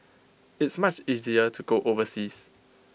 it's much easier to go overseas